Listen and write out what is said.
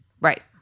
Right